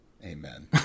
Amen